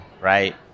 Right